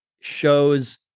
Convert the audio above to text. shows